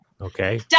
Okay